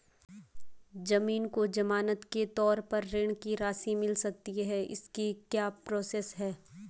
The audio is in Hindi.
ज़मीन को ज़मानत के तौर पर ऋण की राशि मिल सकती है इसकी क्या प्रोसेस है?